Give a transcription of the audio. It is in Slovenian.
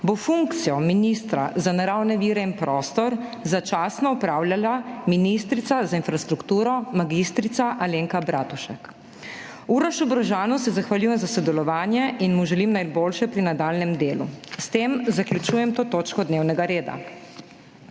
bo funkcijo ministra za naravne vire in prostor začasno opravljala ministrica za infrastrukturo mag. Alenka Bratušek. Urošu Brežanu se zahvaljujem za sodelovanje in mu želim vse najboljše pri nadaljnjem delu. S tem zaključujem to točko dnevnega reda.